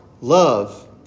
love